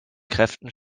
kräften